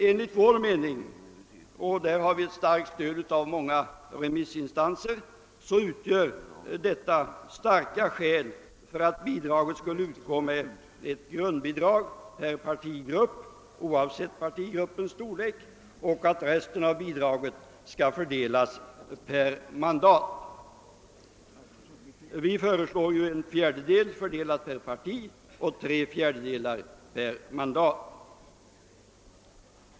Enligt vår mening — och därvidlag har vi ett kraftigt stöd av många remissinstanser — utgör detta ett starkt skäl för att bidraget skall utgå med ett grundbidrag per partigrupp, oavsett partigruppens storlek, och att resten av bidraget skall fördelas per mandat. Vi föreslår att en fjärdedel av stödet skall fördelas per parti och tre fjärdedelar per mandat.